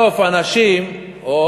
בסוף אנשים, אבל איך זה קשור?